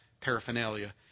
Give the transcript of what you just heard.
paraphernalia